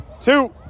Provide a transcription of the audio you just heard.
two